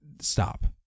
stop